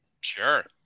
Sure